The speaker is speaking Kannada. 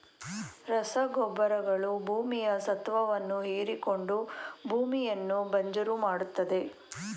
ರಸಗೊಬ್ಬರಗಳು ಭೂಮಿಯ ಸತ್ವವನ್ನು ಹೀರಿಕೊಂಡು ಭೂಮಿಯನ್ನು ಬಂಜರು ಮಾಡತ್ತದೆ